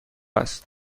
است